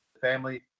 family